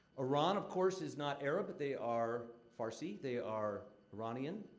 iran, of course, is not arab. but they are farsi. they are iranian.